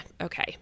okay